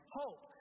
hope